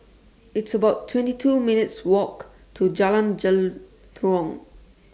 It's about twenty two minutes' Walk to Jalan Jelutong